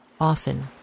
often